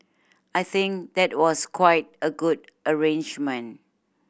I think that was quite a good arrangement